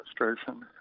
administration